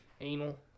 anal